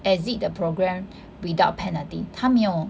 exit the programme without penalty 他没有